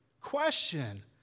question